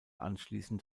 anschließend